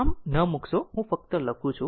આમ ન મૂકશો હું ફક્ત લખું છું